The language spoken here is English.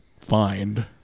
find